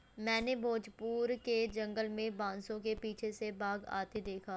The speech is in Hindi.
मैंने भोजपुर के जंगल में बांसों के पीछे से बाघ आते देखा